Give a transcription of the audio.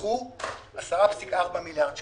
נדחו 10.4 מיליארד שקלים.